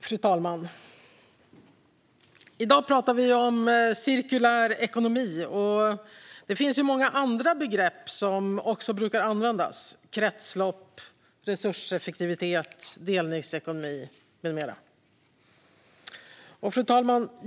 Fru talman! I dag talar vi om cirkulär ekonomi. Det finns många andra begrepp som också används, som kretslopp, resurseffektivitet, delningsekonomi med mera.